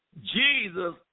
Jesus